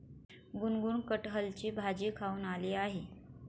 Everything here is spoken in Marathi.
गुनगुन कठहलची भाजी खाऊन आली आहे